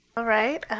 all right.